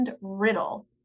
riddle